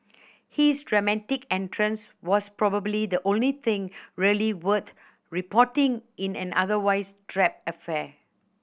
his dramatic entrance was probably the only thing really worth reporting in an otherwise drab affair